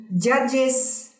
judges